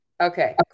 Okay